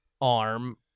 arm